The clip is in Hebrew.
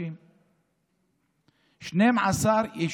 אתה בא